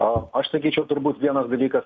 a aš sakyčiau turbūt vienas dalykas